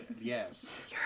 yes